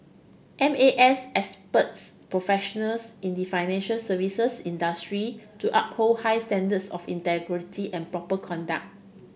M A S expects professionals in the financial services industry to uphold high standards of integrity and proper conduct